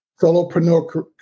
solopreneur